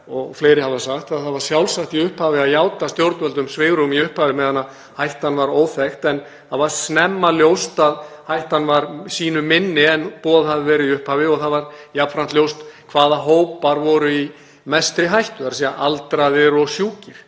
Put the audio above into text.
og fleiri hafa sagt að það var sjálfsagt í upphafi að játa stjórnvöldum svigrúm meðan hættan var óþekkt en það varð snemma ljóst að hættan var sýnu minni en boðað hafði verið í upphafi og það var jafnframt ljóst hvaða hópar voru í mestri hættu, þ.e. aldraðir og sjúkir,